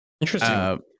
Interesting